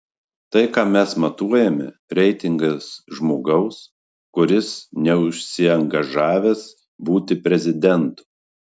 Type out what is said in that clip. tai ką mes matuojame reitingas žmogaus kuris neužsiangažavęs būti prezidentu